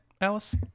Alice